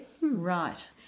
Right